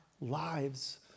lives